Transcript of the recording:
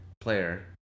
player